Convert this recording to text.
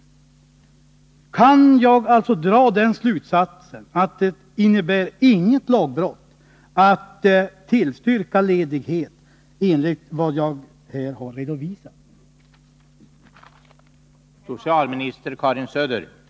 de av en riksväg Kan jag alltså dra den slutsatsen att det inte innebär något lagbrott att — mellan Kiruna tillstyrka ledighet enligt vad jag här har redovisat? och Narvik